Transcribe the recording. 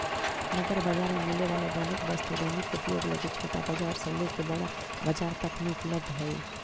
नगर बाजार में मिले वाला दैनिक वस्तु दैनिक उपयोग लगी छोटा बाजार से लेके बड़ा बाजार तक में उपलब्ध हई